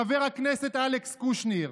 חבר הכנסת אלכס קושניר.